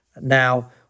Now